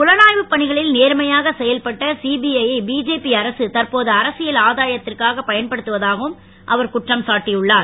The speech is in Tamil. புலனாய்வுப் பணிகளில் நேர்மையாக செயல்பட்ட சிபிஜ யை பிஜேபி அரசு தற்போது அரசியல் ஆதாயத்திற்காகப் பயன்படுத்துவதாகவும் அவர் குற்றம் சாட்டியுள்ளார்